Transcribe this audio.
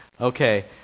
Okay